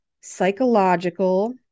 psychological